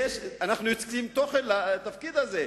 אנחנו יוצקים תוכן לתפקיד הזה.